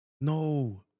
No